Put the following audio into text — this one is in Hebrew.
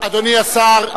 אדוני השר,